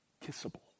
Kissable